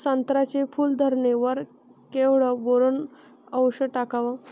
संत्र्याच्या फूल धरणे वर केवढं बोरोंन औषध टाकावं?